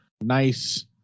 nice